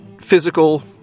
physical